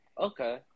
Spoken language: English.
Okay